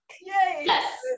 Yes